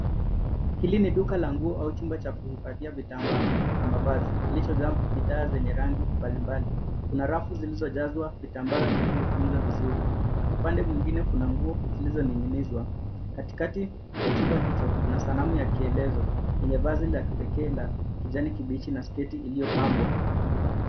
Hili ni duka la nguo au chumba cha kuhifadhia vitambaa na mavazi, kilichojaa bidhaa zenye rangi mbalimbali. Kuna rafu zilizojazwa vitambaa vilivyokunjwa vizuri na upande mwengine kuna nguo zilizoning'inizwa. Katikati ya chumba hicho kuna sanamu ya kielezo enye vazi la kipekee la kijani kibichi na sketi iliyopambwa.